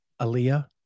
Aaliyah